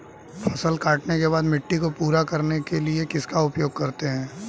फसल काटने के बाद मिट्टी को पूरा करने के लिए किसका उपयोग करते हैं?